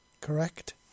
correct